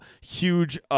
huge